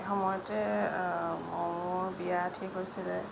সেই সময়তে মোৰ বিয়া ঠিক হৈছিলে